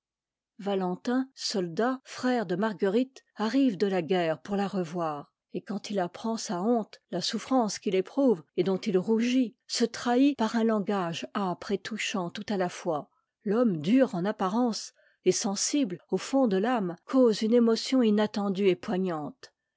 yalentin soldat frère de marguerite arrive de la guerre pour la revoir et quand il apprend sa honte la souffrance qu'il éprouve et dont il rougit se trahit par un langage âpre et touchant tout à la fois l'homme dur en apparence et sensible au fond de t'ame cause une émotion inattendue et poignante